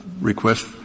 request